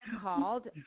called